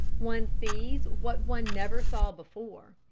one sees what one never saw before,